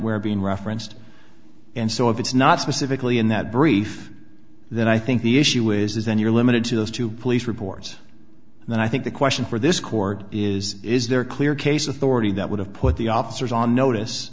where being referenced and so if it's not specifically in that brief then i think the issue is that you're limited to those two police reports and i think the question for this court is is there a clear case of the wording that would have put the officers on notice